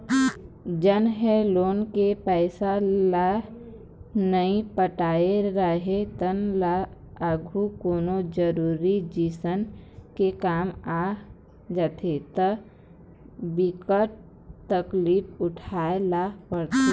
जेन ह लोन के पइसा ल नइ पटाए राहय तेन ल आघु कोनो जरुरी जिनिस के काम आ जाथे त बिकट तकलीफ उठाए ल परथे